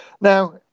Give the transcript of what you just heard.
now